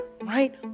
right